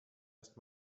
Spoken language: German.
erst